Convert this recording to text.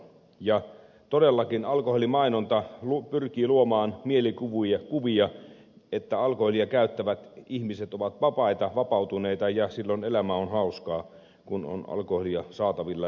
ja todellakin alkoholimainonta pyrkii luomaan mielikuvia että alkoholia käyttävät ihmiset ovat vapaita vapautuneita ja silloin elämä on hauskaa kun on alkoholia saatavilla ja sitä voi nauttia